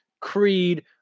creed